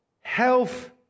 health